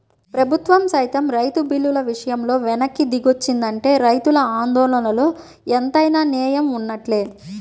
ప్రభుత్వం సైతం రైతు బిల్లుల విషయంలో వెనక్కి దిగొచ్చిందంటే రైతుల ఆందోళనలో ఎంతైనా నేయం వున్నట్లే